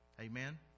Amen